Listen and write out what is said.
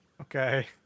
okay